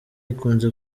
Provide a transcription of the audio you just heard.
ikunze